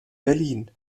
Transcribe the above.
berlin